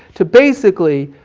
to basically